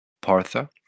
Partha